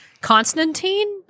Constantine